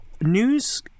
news